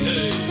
Hey